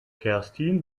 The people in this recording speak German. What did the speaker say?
kerstin